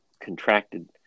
contracted